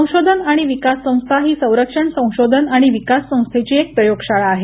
संशोधन आणि विकास संस्था ही संरक्षण संशोधन आणि विकास संस्थेची एक प्रयोगशाळा आहे